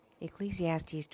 Ecclesiastes